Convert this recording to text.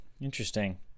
Interesting